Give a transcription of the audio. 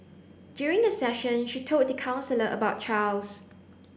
during the session she told the counsellor about Charles